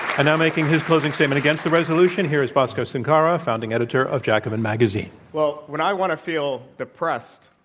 and now making his closing statement against the resolution, here is bhaskar sunkara, founding editor of jacobin magazine. well, when i want to feel depressed,